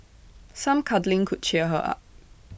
some cuddling could cheer her up